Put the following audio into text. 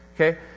Okay